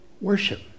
worship